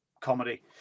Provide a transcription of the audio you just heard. comedy